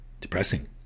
depressing